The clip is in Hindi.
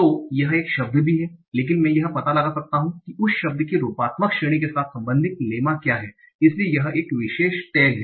तो यह एक शब्द भी है लेकिन मैं यह पता लगा सकता हूं कि उस शब्द की रूपात्मक श्रेणी के साथ संबंधित लेमा क्या है इसलिए यह विशेष टैग है